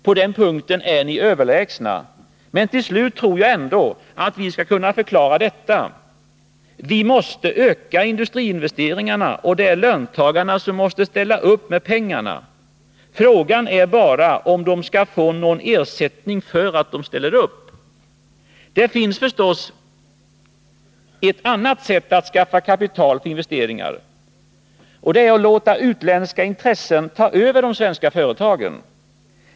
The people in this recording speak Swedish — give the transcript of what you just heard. På den punkten är ni överlägsna. Men jag tror att vi ändå till slut skall kunna förklara detta: Vi måste öka industriinvesteringarna, och det är löntagarna som måste ställa upp med pengarna. Frågan är bara om de skall få någon ersättning för att de ställer upp. Det finns förstås ett annat sätt att skaffa kapital för investeringar: att låta utländska intressen ta över de svenska företagen.